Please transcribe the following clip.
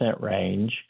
range